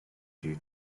due